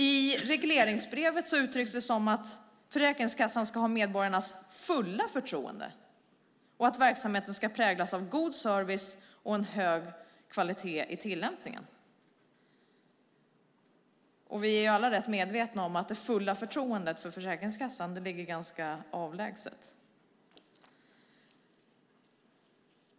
I regleringsbrevet uttrycks det som att Försäkringskassan ska ha medborgarnas fulla förtroende och att verksamheten ska präglas av god service och en hög kvalitet i tillämpningen. Vi är alla medvetna om att det fulla förtroendet för Försäkringskassan ligger ganska avlägset.